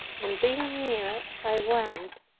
and being near, i went.